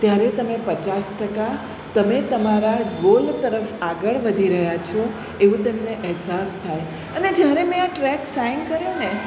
ત્યારે તમે પચાસ ટકા તમે તમારા ગોલ તરફ આગળ વધી રયા છો એવું તમને અહેસાસ થાય અને જ્યારે મેં આ ટ્રેક સાઇન કર્યો ને